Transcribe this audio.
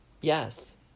yes